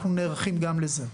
אנחנו נערכים גם לזה.